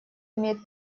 имеет